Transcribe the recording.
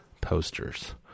posters